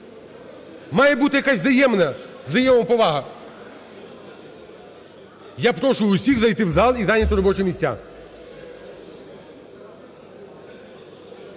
Має бути якась взаємина, взаємоповага. Я прошу всіх зайти в зал і зайняти робочі місця.